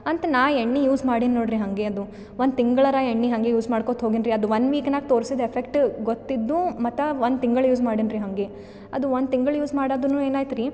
ಅಂತ ನಾ ಎಣ್ಣೆ ಯೂಸ್ ಮಾಡಿನಿ ನೋಡ್ರಿ ಹಂಗೆ ಅದು ಒಂದು ತಿಂಗ್ಳಾರ ಎಣ್ಣೆ ಹಂಗೆ ಯೂಸ್ ಮಾಡ್ಕೋತ ಹೋಗ್ಯಾನ್ರಿ ಅದು ಒನ್ ವೀಕ್ನಾಗೆ ತೋರ್ಸಿದ ಎಫೆಕ್ಟ್ ಗೊತ್ತಿದ್ದೂ ಮತ್ತು ಒಂದು ತಿಂಗಳು ಯೂಸ್ ಮಾಡಿನ್ರಿ ಹಂಗೆ ಅದು ಒಂದು ತಿಂಗಳು ಯೂಸ್ ಮಾಡೊದುನ್ನು ಏನಾಯ್ತು ರೀ